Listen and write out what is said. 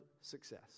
success